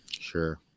Sure